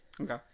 okay